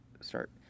start